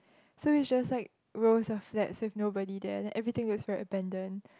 so is just like rows of flats with nobody there then everything looks very abandoned